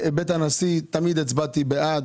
תמיד הצבעתי בעד